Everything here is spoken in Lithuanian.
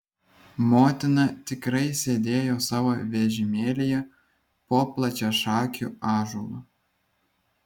motina tikrai sėdėjo savo vežimėlyje po plačiašakiu ąžuolu